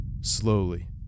Slowly